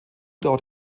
dauert